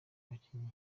abakinyi